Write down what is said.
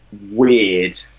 weird